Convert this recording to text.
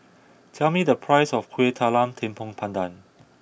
tell me the price of Kueh Talam Tepong Pandan